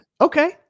Okay